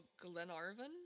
Glenarvan